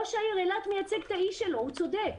ראש העיר אילת מייצג את העיר שלו, הוא צודק,